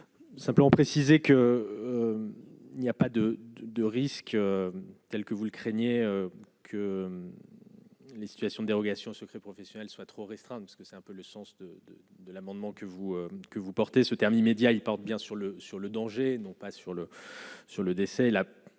Simplement précisé qu'il n'y a pas de de risques tels que vous le craignez que les situations dérogation au secret professionnel, soit trop restreinte parce que c'est un peu le sens de de de l'amendement que vous que vous portez ce terme immédiat il porte bien sur le, sur le danger, non pas sur le sur